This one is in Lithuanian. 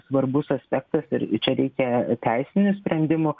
svarbus aspektas ir čia reikia teisinių sprendimų